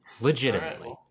Legitimately